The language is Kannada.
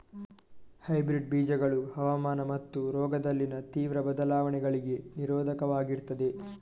ಹೈಬ್ರಿಡ್ ಬೀಜಗಳು ಹವಾಮಾನ ಮತ್ತು ರೋಗದಲ್ಲಿನ ತೀವ್ರ ಬದಲಾವಣೆಗಳಿಗೆ ನಿರೋಧಕವಾಗಿರ್ತದೆ